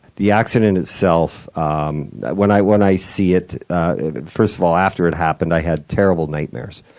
the accident itself um when i when i see it first of all, after it happened i had terrible nightmares.